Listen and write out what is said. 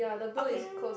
okay